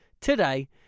today